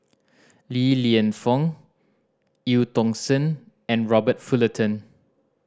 Li Lienfung Eu Tong Sen and Robert Fullerton